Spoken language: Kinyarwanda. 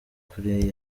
kuri